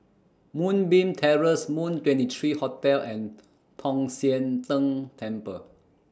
Moonbeam Terrace Moon twenty three Hotel and Tong Sian Tng Temple